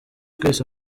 twese